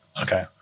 Okay